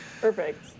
Perfect